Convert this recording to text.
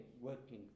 working